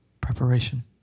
preparation